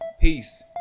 Peace